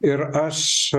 ir aš